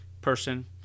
person